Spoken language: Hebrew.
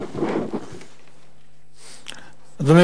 אדוני